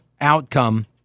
outcome